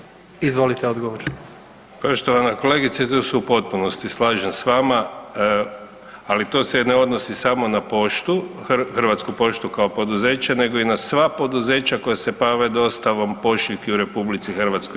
Poštovana kolegice tu se u potpunosti slažem s vama, ali to se ne odnosi samo na poštu, Hrvatsku poštu kao poduzeće, nego i na sva poduzeća koja se bave dostavom pošiljki u RH.